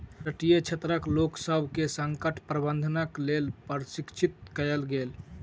तटीय क्षेत्रक लोकसभ के संकट प्रबंधनक लेल प्रशिक्षित कयल गेल